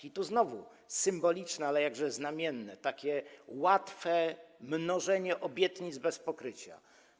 I tu znowu symboliczne, ale jakże znamienne, takie łatwe mnożenie obietnic bez pokrycia.